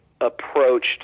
approached